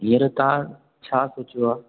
हीअंर तव्हां छा पुछियो आहे